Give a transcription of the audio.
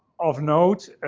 of note,